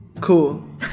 Cool